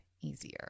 easier